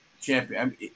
champion